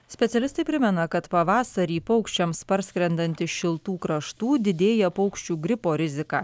specialistai primena kad pavasarį paukščiams parskrendant iš šiltų kraštų didėja paukščių gripo rizika